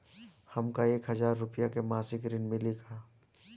हमका एक हज़ार रूपया के मासिक ऋण मिली का?